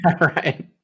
right